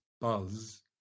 buzz